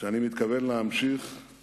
שאני מתכוון להמשיך בה